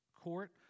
court